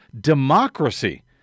democracy